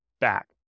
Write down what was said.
back